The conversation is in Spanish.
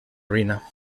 ruina